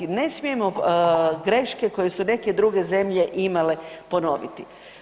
Ne smijemo greške koje su neke druge zemlje imale ponoviti.